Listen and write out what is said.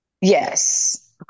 Yes